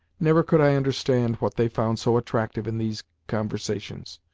never could i understand what they found so attractive in these conversations,